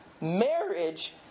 marriage